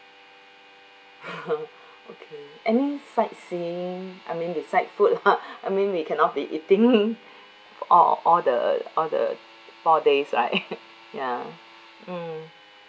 okay any sightseeing I mean beside food I mean we cannot be eating all all the all the four days right ya mm